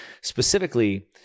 Specifically